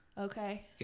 okay